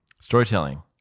storytelling